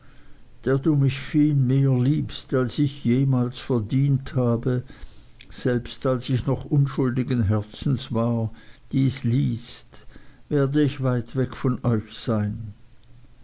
der du mich viel mehr liebst als ich jemals verdient habe selbst als ich noch unschuldigen herzens war dies liest werde ich weit weg von euch sein